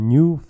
New